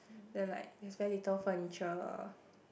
then like is very little furniture